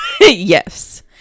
Yes